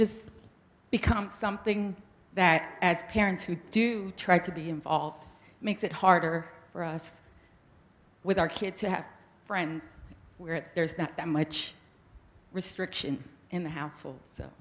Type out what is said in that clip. just becomes something that as parents who do try to be involved makes it harder for us with our kids to have friends where there's not that much restriction in the household so